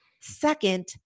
Second